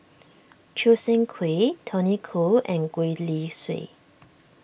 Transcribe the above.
Choo Seng Quee Tony Khoo and Gwee Li Sui